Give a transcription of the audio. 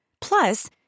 Plus